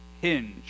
hinge